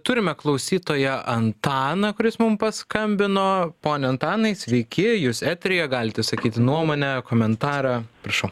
turime klausytoją antaną kuris mum paskambino pone antanai sveiki jūs eteryje galite sakyti nuomonę komentarą prašau